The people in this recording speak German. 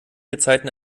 gezeiten